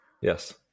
Yes